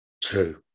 Two